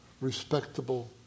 respectable